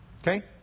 Okay